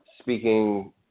speaking